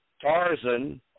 Tarzan